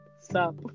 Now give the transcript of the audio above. stop